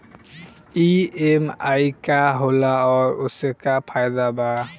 EMI का होला और ओसे का फायदा बा?